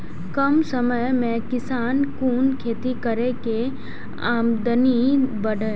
कम समय में किसान कुन खैती करै की आमदनी बढ़े?